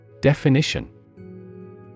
Definition